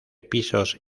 pisos